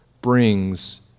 brings